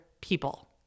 people